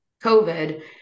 COVID